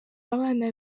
abana